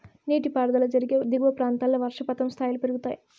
నీటిపారుదల జరిగే దిగువ ప్రాంతాల్లో వర్షపాతం స్థాయిలు పెరుగుతాయి